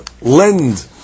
lend